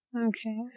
Okay